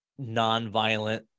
nonviolent